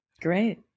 Great